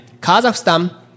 Kazakhstan